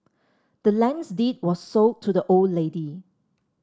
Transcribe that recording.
the land's deed was sold to the old lady